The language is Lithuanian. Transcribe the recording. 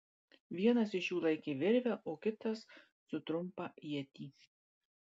vienas iš jų laikė virvę o kitas su trumpą ietį